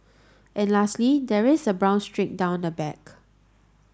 and lastly there is a brown streak down the back